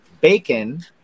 bacon